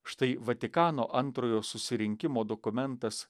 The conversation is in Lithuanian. štai vatikano antrojo susirinkimo dokumentas